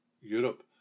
Europe